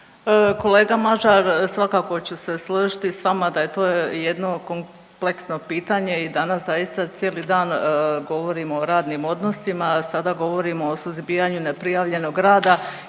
Kolega Mažar svakako ću se složiti s vama da je to jedno kompleksno pitanje i danas zaista cijeli dan govorimo o radnim odnosima, a sada govorimo o suzbijanju neprijavljenog rada